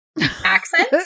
accent